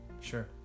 Sure